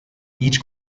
each